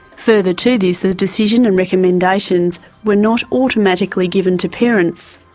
further to this, the decision and recommendations were not automatically given to parents.